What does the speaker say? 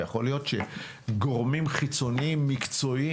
ויכול להיות שגורמים חיצוניים מקצועיים